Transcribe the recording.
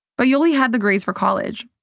but yoli had the grades for college,